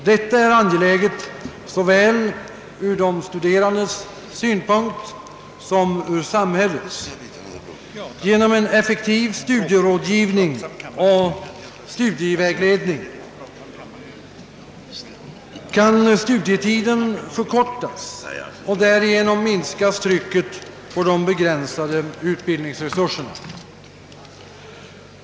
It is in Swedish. Det är angeläget såväl ur de studerandes synpunkt som ur samhällets. Genom en effektiv studierådgivning och studievägledning kan studietiden förkortas, och därigenom minskas trycket på de begränsade utbildningsresurserna.